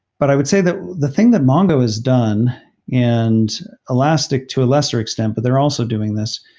but i would say that the thing that mongo has done and elastic, to a lesser extent, but they're also doing this,